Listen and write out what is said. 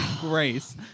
Grace